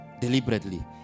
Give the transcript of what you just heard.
deliberately